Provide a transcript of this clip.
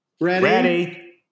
Ready